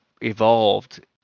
evolved